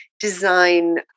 design